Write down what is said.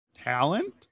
Talent